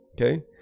okay